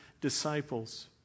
disciples